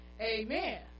Amen